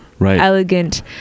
elegant